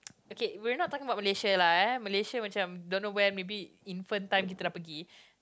okay we're not talking about Malaysia lah Malaysia macam don't know when maybe infant time kita dah pergi